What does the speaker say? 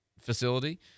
facility